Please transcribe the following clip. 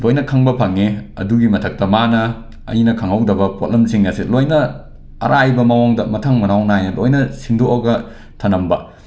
ꯂꯣꯏꯅ ꯈꯪꯕ ꯐꯪꯉꯦ ꯑꯗꯨꯒꯤ ꯃꯊꯛꯇ ꯃꯥꯅ ꯑꯩꯅ ꯈꯪꯍꯧꯗꯕ ꯄꯣꯠꯂꯝꯁꯤꯡ ꯑꯁꯦ ꯂꯣꯏꯅ ꯑꯔꯥꯏꯕ ꯃꯥꯑꯣꯡꯗ ꯃꯊꯪ ꯃꯅꯥꯎ ꯅꯥꯏꯅ ꯂꯣꯏꯅ ꯁꯤꯟꯗꯣꯛꯑꯒ ꯊꯝꯂꯝꯕ